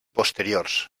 posteriors